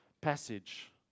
passage